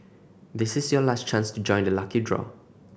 this is your last chance to join the lucky draw